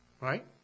Right